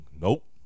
Nope